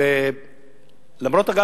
ולמרות העובדה,